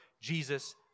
Jesus